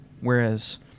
Whereas